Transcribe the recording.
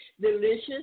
Delicious